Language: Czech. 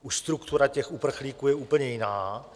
Už struktura těch uprchlíků je úplně jiná.